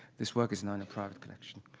this work is now in a private collection.